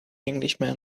englishman